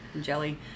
Jelly